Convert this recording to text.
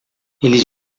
eles